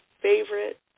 favorite